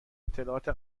اطلاعات